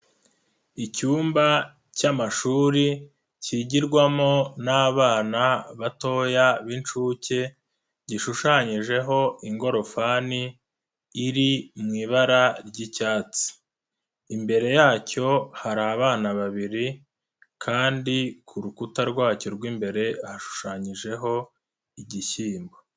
Icyumba cy'amashuri kigirwamo n'abana batoya b'inshuke gishushanyijeho ingorofani iri mu ibara ry'icyatsi, imbere yacyo hari abana babiri kandi ku rukuta rwacyo rw'imbere hashushanyijeho igishyimbo.